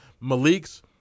Malik's